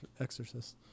exorcist